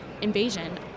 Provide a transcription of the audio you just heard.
invasion